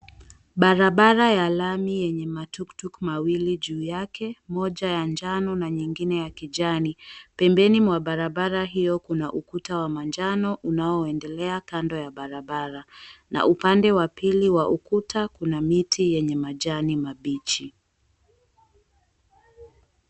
Barabara ya lami yenye matukutuku mawili juu yake moja ya njano na nyingine ya kijani. Pembeni mwa barabara hiyo, kuna ukuta wa manjano unaoendelea. Kando ya barabara na upande wa pili wa ukuta kuna miti yenye majani mabichi.